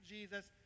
Jesus